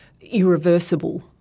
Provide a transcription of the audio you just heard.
irreversible